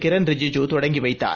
கிரண் ரிஜிஜ்ம தொடங்கிவைத்தார்